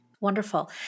Wonderful